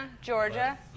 Georgia